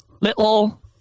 little